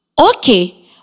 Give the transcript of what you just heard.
Okay